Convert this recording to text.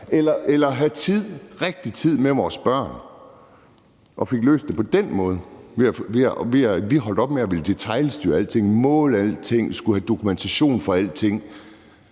Tænk, hvis vi tænkte i de baner og fik løst det på den måde, at vi holdt op med at ville detailstyre alting, måle alting, skulle have dokumentation for alting.